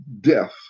death